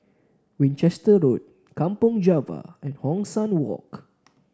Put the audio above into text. Winchester Road Kampong Java and Hong San Walk